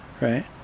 Right